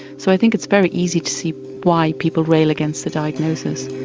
so i think it's very easy to see why people rail against the diagnosis.